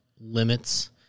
limits